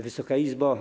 Wysoka Izbo!